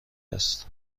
است